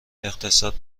اقتصاد